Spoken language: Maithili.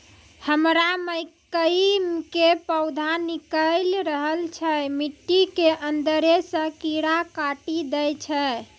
हमरा मकई के पौधा निकैल रहल छै मिट्टी के अंदरे से कीड़ा काटी दै छै?